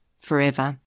forever